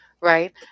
right